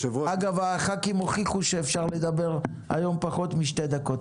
הח"כים הוכיחו היום שאפשר לדבר פחות משתי דקות.